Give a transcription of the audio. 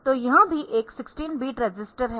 तो यह भी एक 16 बिट रजिस्टर है